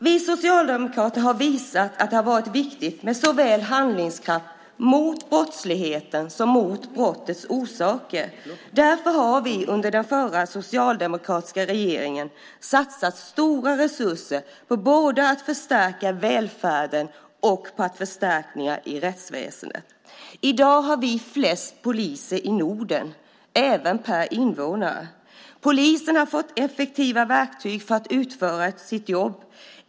Vi socialdemokrater har visat att det har varit viktigt med handlingskraft såväl mot brottsligheten som mot brottens orsaker. Därför har vi, under den förra socialdemokratiska regeringen, satsat stora resurser både på förstärkningar i välfärden och på förstärkningar i rättsväsendet. I dag har vi flest poliser i Norden, även per invånare. Polisen har fått effektiva verktyg för att utföra sitt jobb.